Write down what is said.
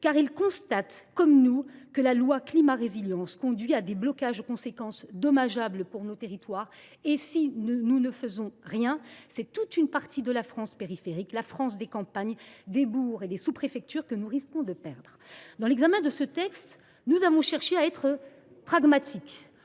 car ils constatent, comme nous, que la loi Climat et Résilience entraîne des blocages aux conséquences dommageables pour nos territoires. Si nous ne faisons rien, c’est toute une partie de la France périphérique, la France des campagnes, des bourgs et des sous préfectures, que nous risquons de perdre. C’est tout l’inverse ! Dans le cadre de l’examen de ce texte, nous avons cherché à être pragmatiques,